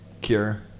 cure